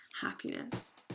happiness